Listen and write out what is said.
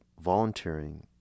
volunteering